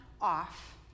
off